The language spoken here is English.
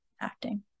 acting